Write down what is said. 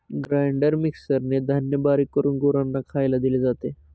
grinder मिक्सरने धान्य बारीक करून गुरांना खायला दिले जाते